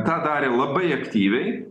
tą darė labai aktyviai